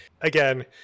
Again